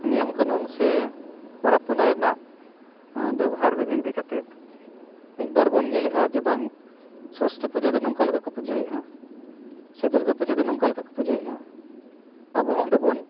ᱱᱤᱭᱟᱢ ᱠᱟᱱᱩᱱ ᱥᱮ ᱯᱟᱨᱟᱵ ᱯᱩᱱᱟᱹᱭ ᱨᱮᱱᱟᱜ ᱵᱮᱵᱚᱦᱟᱨ ᱵᱤᱫᱷᱤ ᱤᱫᱤᱠᱟᱛᱮᱫ ᱢᱤᱫ ᱵᱟᱨ ᱵᱚᱱ ᱧᱮᱞᱮᱫᱼᱟ ᱡᱮ ᱵᱟᱝ ᱥᱚᱨᱚᱥᱚᱛᱤ ᱯᱩᱡᱟᱹ ᱫᱚ ᱱᱚᱝᱠᱟ ᱞᱮᱠᱟ ᱠᱚ ᱯᱩᱡᱟᱹᱭᱮᱫᱼᱟ ᱥᱮ ᱫᱩᱨᱜᱟᱹ ᱯᱩᱡᱟᱹ ᱫᱚ ᱱᱚᱝᱠᱟ ᱞᱮᱠᱟ ᱠᱚ ᱯᱩᱡᱟᱹᱭᱮᱫᱼᱟ ᱟᱵᱚ ᱦᱚᱸ ᱚᱸᱰᱮᱵᱚᱱ